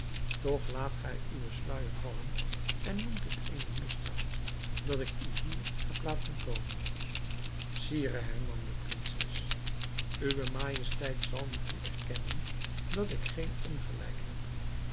toch laat gij uwen sluijer vallen en noemt het eene misdaad dat ik u hier heb laten komen sire hernam de prinses uwe majesteit zal moeten erkennen dat ik geen ongelijk heb